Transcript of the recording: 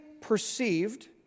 perceived